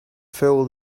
filled